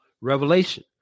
revelation